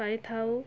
ପାଇଥାଉ